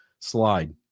slide